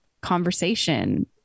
conversation